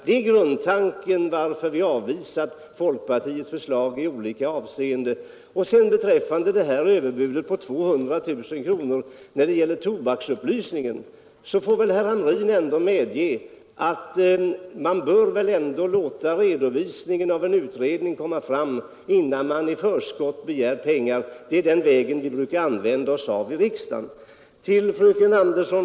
Det är grundorsaken till att vi avvisat folkpartiets förslag i olika avseenden. Beträffande överbudet på 200 000 kronor för upplysning om tobakens skadeverkningar får väl ändå herr Hamrin medge att man bör låta en utredning lägga fram sitt resultat innan man begär pengar. Det är den vägen vi brukar gå här i riksdagen.